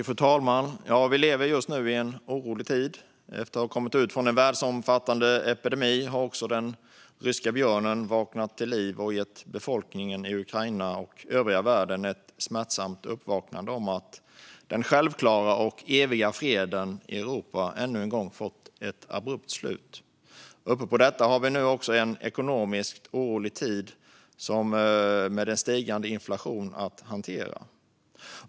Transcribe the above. Fru talman! Vi lever just nu i en orolig tid. Efter att ha kommit ut ur en världsomfattande pandemi har den ryska björnen vaknat till liv och gett befolkningen i Ukraina och övriga världen ett smärtsamt uppvaknande i form av att den självklara och eviga freden i Europa än en gång fått ett abrupt slut. Ovanpå detta har vi nu även en ekonomiskt orolig tid, med en stigande inflation att hantera.